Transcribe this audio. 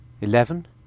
Eleven